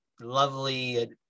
lovely